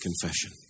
confession